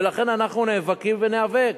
ולכן אנחנו נאבקים, וניאבק,